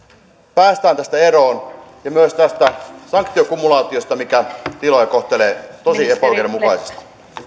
päästään tästä eroon ja myös tästä sanktiokumulaatiosta joka kohtelee tiloja tosi epäoikeudenmukaisesti